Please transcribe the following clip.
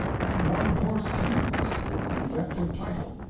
and one-horse kings with a defective title,